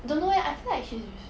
don't know leh I feel like she's